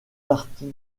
partie